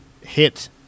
hit